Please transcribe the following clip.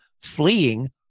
fleeing